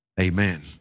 amen